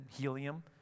helium